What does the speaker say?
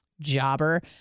jobber